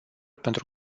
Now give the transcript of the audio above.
pentru